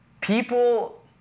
people